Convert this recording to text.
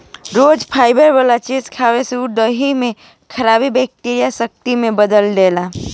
रोज fibre वाला चीज खाए से उ देह में खराब बैक्टीरिया के शक्ति में बदल देला